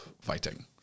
fighting